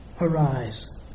arise